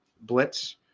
Blitz